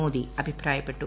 മോദി അഭിപ്രായപ്പെട്ടു